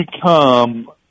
become